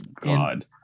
God